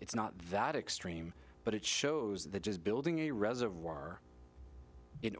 it's not that exterior but it shows that just building a reservoir in